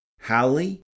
Holly